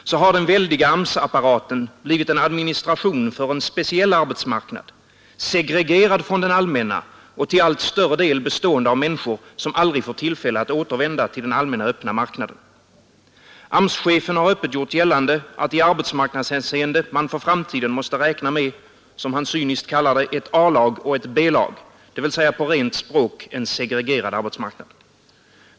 I stället för att skapa ett organiserat genomgångsstadium, ägnat att förbättra den enskilde lönarbetarens framtida ställning i produktionsprocessen, har den väldiga AMS-apparaten blivit en administration för en speciell arbetsmarknad, segregerad från den allmänna och till allt större del bestående av människor som aldrig får tillfälle att återvända till den allmänna, öppna marknaden. AMS-chefen har öppet gjort gällande att man i arbetsmarknadshänseende för framtiden måste räkna med — som han cyniskt kallar det — ett A-lag och ett B-lag, dvs. på rent språk en segregerad arbetsmarknad.